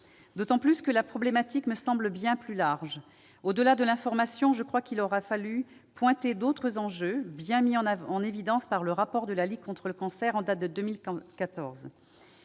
d'autant que la problématique me semble bien plus large. Au-delà de l'information, je crois qu'il aurait fallu pointer d'autres enjeux bien mis en évidence par le rapport de la Ligue contre le cancer en date de 2014.